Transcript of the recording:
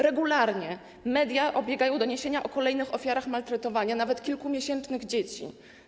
Regularnie media obiegają doniesienia o kolejnych ofiarach maltretowania nawet kilkumiesięcznych dzieci.